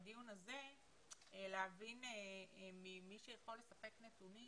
בדיון הזה אני אשמח להבין ממי שיכול לספק נתונים